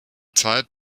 zeit